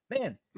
Man